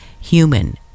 human